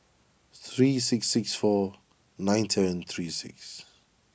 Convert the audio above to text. three six six four nine seven three six